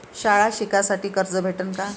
शाळा शिकासाठी कर्ज भेटन का?